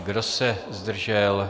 Kdo se zdržel?